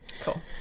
cool